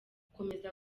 gukomeza